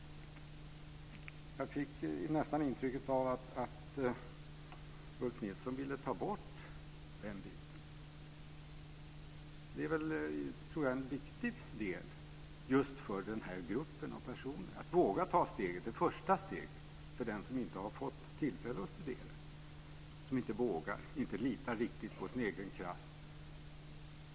Jag fick nästan intrycket av att Ulf Nilsson vill ta bort den biten. Det är en viktig del just för den gruppen av personer, dvs. att våga ta det första steget för den som inte har fått tillfälle att studera, som inte vågar, inte riktigt litar på sin egen kraft.